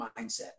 mindset